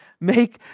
Make